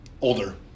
Older